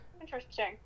Interesting